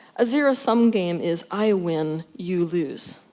a zero sum game is i win, you lose.